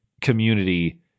community